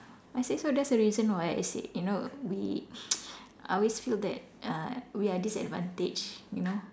I said so that's the reason why I said you know we I always feel that uh we are disadvantaged you know